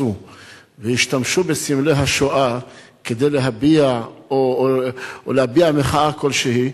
והשתמשו בסמלי השואה כדי להביע מחאה כלשהי,